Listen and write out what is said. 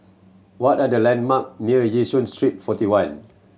what are the landmark near Yishun Street Forty One